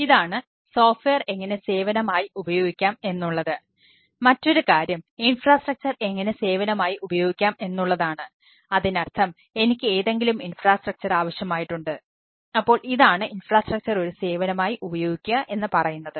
ഇതാണ് സോഫ്റ്റ്വെയർ ഒരു സേവനമായി ഉപയോഗിക്കുക എന്ന് പറയുന്നത്